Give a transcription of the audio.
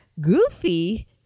goofy